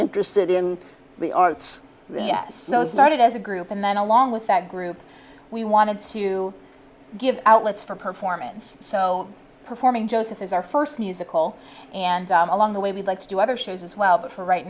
interested in the arts yes so started as a group and then along with that group we wanted to give outlets for performance so performing joseph is our first musical and along the way we'd like to do other shows as well but for right